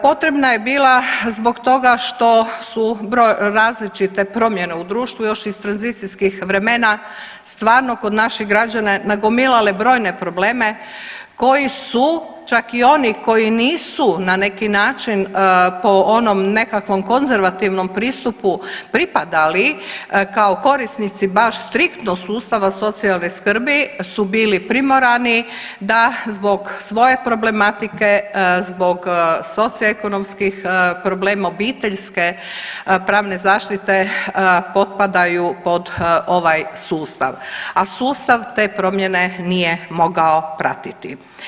Potrebna je bila zbog toga što su različite promjene u društvu još iz tranzicijskih vremena stvarno kod naših građana nagomilale brojne probleme koji su čak i oni koji nisu na neki način po onom nekakvom konzervativnom pristupu pripadali kao korisnici baš striktno sustava socijalne skrbi su bili primorani da zbog svoje problematike, zbog socioekonomskih problema, obiteljske pravne zaštite potpadaju pod ovaj sustav, a sustav te promjene nije mogao pratiti.